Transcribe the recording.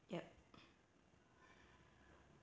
yup